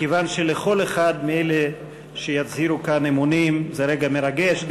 מכיוון שלכל אחד מאלה שיצהירו כאן אמונים זה רגע מרגש,